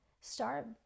Start